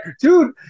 Dude